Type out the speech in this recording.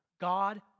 God